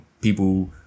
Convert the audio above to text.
people